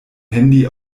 handy